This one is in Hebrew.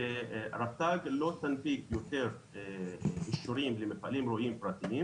שרט"ג לא תנפיק יותר אישורים למפעלים ראויים פרטיים